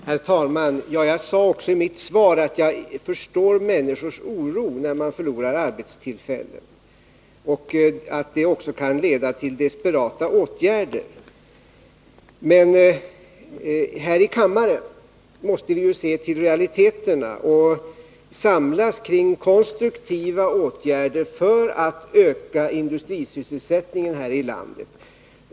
Herr talman! Jag sade i mitt svar att jag förstår människors oro när de förlorar arbetstillfällen och att det också kan leda till desperata åtgärder. Men här i kammaren måste vi se till realiteterna och samlas kring konstruktiva åtgärder för att öka industrisysselsättningen i landet.